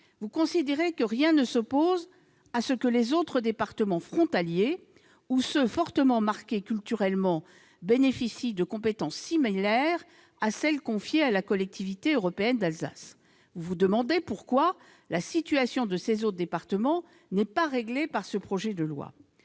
vous considérez que rien ne s'oppose à ce que les autres départements frontaliers ou ceux qui sont fortement marqués culturellement bénéficient de compétences similaires à celles qui sont confiées à la Collectivité européenne d'Alsace. Vous vous demandez pourquoi la situation de ces autres départements n'est pas réglée dans le cadre de ce